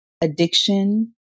addiction